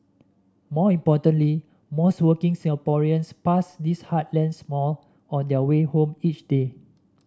more importantly most working Singaporeans pass these heartland malls on their way home each day